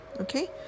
Okay